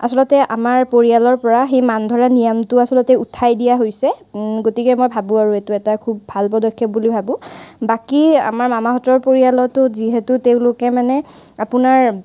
আচলতে আমাৰ পৰিয়ালৰ পৰা সেই মান ধৰা নিয়মটো আচলতে উঠাই দিয়া হৈছে গতিকে মই ভাবোঁ আৰু এইটো এটা খুব ভাল পদক্ষেপ বুলি ভাবোঁ বাকী আমাৰ মামাহঁতৰ পৰিয়ালতো যিহেতু তেওঁলোকে মানে আপোনাৰ